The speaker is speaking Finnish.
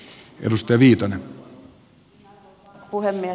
arvoisa herra puhemies